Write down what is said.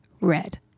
Red